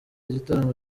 igitaramo